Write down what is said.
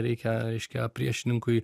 reikia reiškia priešininkui